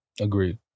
agreed